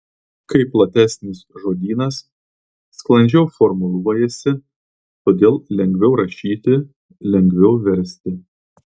kai platesnis žodynas sklandžiau formuluojasi todėl lengviau rašyti lengviau versti